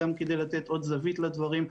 גם כדי לתת עוד זווית לדברים,